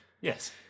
Yes